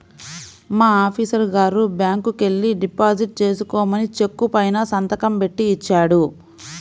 మా ఆఫీసరు గారు బ్యాంకుకెల్లి డిపాజిట్ చేసుకోమని చెక్కు పైన సంతకం బెట్టి ఇచ్చాడు